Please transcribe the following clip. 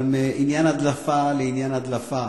אבל מעניין הדלפה לעניין הדלפה.